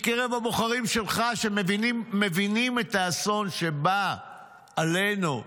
שמבינים את האסון שבא עלינו,